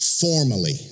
formally